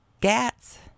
Gats